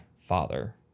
father